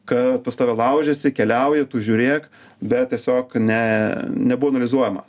kad pas tave laužiasi keliauji tu žiūrėk bet tiesiog ne nebuvo analizuojama